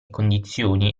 condizioni